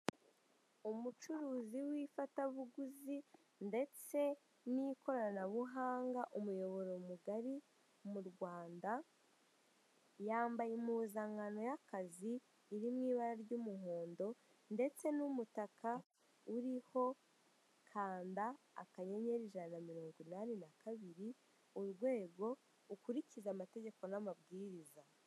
Umucuruzi w'ifatabuguzi ndetse n'ikoranabuhanga umuyoboro mugari mu rwanda, yambaye impuzankano ny'akazi iri mu bara ry'umuhondo ndetse n'umutaka uriho kanda akanyenyeri ijana na morongo inani na kabiri urwego ndetse ukurikize amategeko n'amabwiriza.